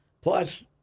Plus